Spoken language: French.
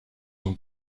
ont